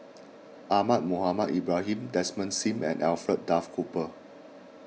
Ahmad Mohamed Ibrahim Desmond Sim and Alfred Duff Cooper